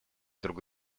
друг